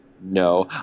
no